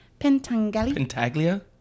Pentaglia